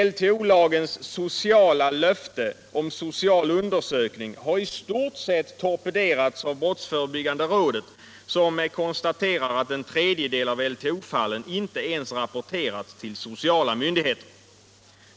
LTO:s löfte om social undersökning har i stort sett torpederats av brottsförebyggande rådet, som konstaterar att en tredjedel av LTO-fallen inte ens rapporterats till sociala myndigheter.